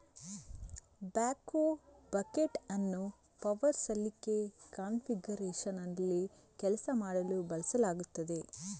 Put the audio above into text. backhoe bucket ಅನ್ನು power ಸಲಿಕೆ ಕಾನ್ಫಿಗರೇಶನ್ನಲ್ಲಿ ಕೆಲಸ ಮಾಡಲು ಬಳಸಲಾಗುತ್ತದೆ